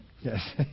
Yes